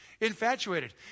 Infatuated